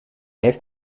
heeft